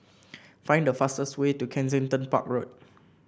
find the fastest way to Kensington Park Road